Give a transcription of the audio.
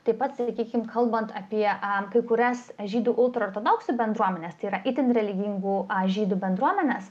taip pat sakykim kalbant apie aa kai kurias žydų ultraortodoksų bendruomenes tai yra itin religingų žydų bendruomenes